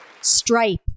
Stripe